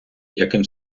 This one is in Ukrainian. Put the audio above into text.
яким